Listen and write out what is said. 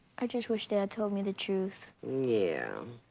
i just wish dad told me the truth. yeah.